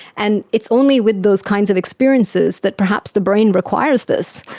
and it's only with those kinds of experiences that perhaps the brain requires this,